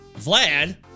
Vlad